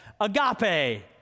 Agape